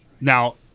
Now